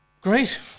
Great